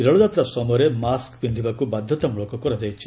ରେଳ ଯାତ୍ରା ସମୟରେ ମାସ୍କ୍ ପିନ୍ଧିବାକୁ ବାଧ୍ୟତାମ୍ରଳକ କରାଯାଇଛି